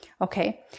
Okay